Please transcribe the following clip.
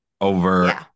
over